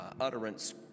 utterance